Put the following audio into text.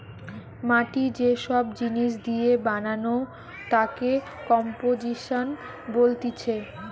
মাটি যে সব জিনিস দিয়ে বানানো তাকে কম্পোজিশন বলতিছে